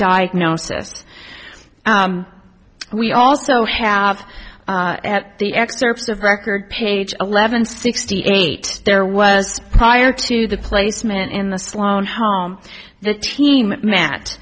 diagnosis we also have at the excerpts of record page eleven sixty eight there was prior to the placement in the sloan home the team m